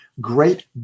great